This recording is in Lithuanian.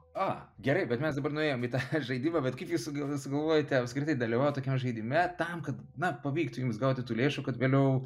a gerai bet mes dabar nuėjom į tą žaidimą bet kaip jūs suga sugalvojote apskritai dalyvaut tokiame žaidime tam kad na pavyktų jums gauti tų lėšų kad vėliau